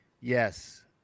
Yes